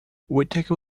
whittaker